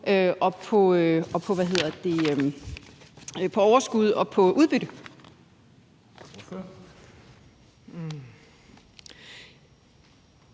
er på overskud og udbytte.